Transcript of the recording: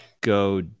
go